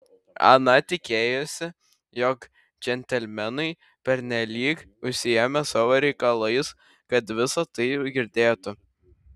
ana tikėjosi jog džentelmenai pernelyg užsiėmę savo reikalais kad visa tai girdėtų